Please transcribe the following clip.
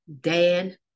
Dan